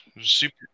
Super